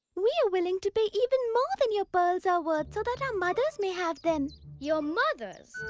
we are willing to pay even more than your pearls are worth so that our mothers may have them. your mothers!